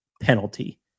penalty